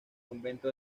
convento